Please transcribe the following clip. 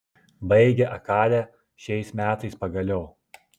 baigė akadę šiais metais pagaliau